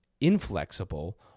inflexible